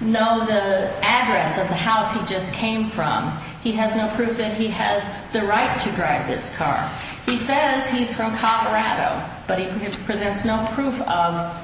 know the address of the house he just came from he has no proof that he has the right to drive his car he says he's from colorado but he presents no proof